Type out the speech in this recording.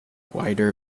wider